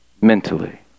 mentally